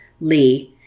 Lee